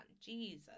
Jesus